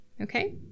Okay